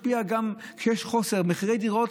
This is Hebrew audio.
כשיש חוסר ומחירי דירות,